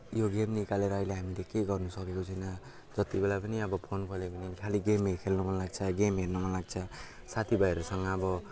यो गेम निकालेर अहिले हामीले केही गर्नुसकेको छैनौँ जत्ति बेला पनि अब फोन खोल्यो भने खाली गेमै खेल्नु मनलाग्छ गेम हेर्नु मनलाग्छ साथीभाइहरूसँग अब